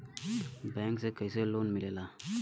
Bank से कइसे loan मिलेला?